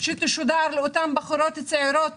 תשודר לבחורות הצעירות